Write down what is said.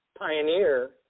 pioneer